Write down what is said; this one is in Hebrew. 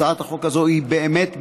הצעת החוק הזו היא באמת באמת,